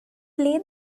play